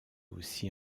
aussi